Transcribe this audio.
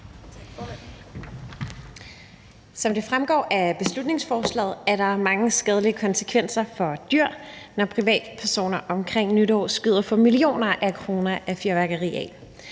Som det fremgår af beslutningsforslaget, er der mange skadelige konsekvenser for dyr, når privatpersoner omkring nytår skyder for millioner af kroner fyrværkeri af.